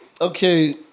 Okay